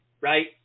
right